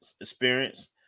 experience